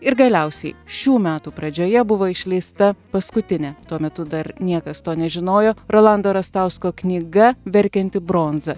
ir galiausiai šių metų pradžioje buvo išleista paskutinė tuo metu dar niekas to nežinojo rolando rastausko knyga verkianti bronza